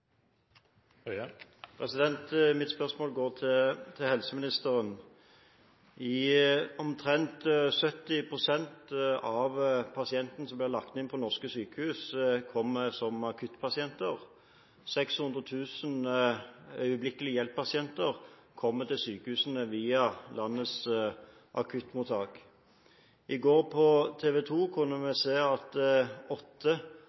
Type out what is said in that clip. Mitt spørsmål går til helseministeren. Omtrent 70 pst. av pasientene som blir lagt inn på norske sykehus, kommer som akuttpasienter. 600 000 øyeblikkelig hjelp-pasienter kommer til sykehusene via landets akuttmottak. På TV 2 i går kunne vi høre at åtte